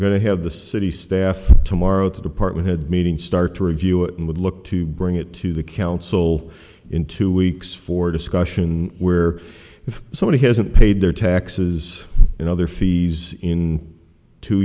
to have the city staff tomorrow the department head meeting start to review it and would look to bring it to the council in two weeks for discussion where if somebody hasn't paid their taxes and other fees in two